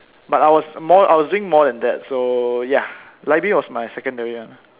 but I was more doing more than that so ya library was my secondary one